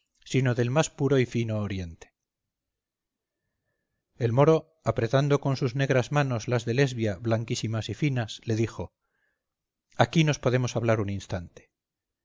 sino del más puro y fino oriente el moro apretando con sus negras manos las de lesbia blanquísimas y finas le dijo aquí nos podemos hablar un instante